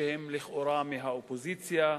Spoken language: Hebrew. שהם לכאורה מהאופוזיציה,